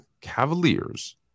Cavaliers